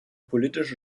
politische